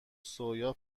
سویا